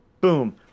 Boom